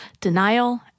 denial